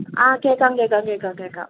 ആ കേൾക്കാം കേൾക്കാം കേൾക്കാം കേൾക്കാം